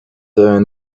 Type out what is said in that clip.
near